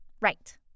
right